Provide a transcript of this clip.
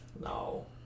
No